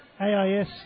AIS